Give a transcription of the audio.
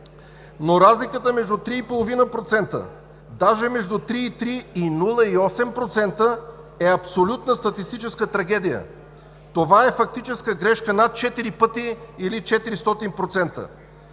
Но разликата между 3,5%, даже между 3,3% и 0,8% е абсолютна статистическа трагедия. Това е фактическа грешка над 4 пъти или 400%.